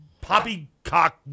poppycock